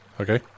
Okay